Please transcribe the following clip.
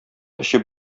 эчеп